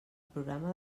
programa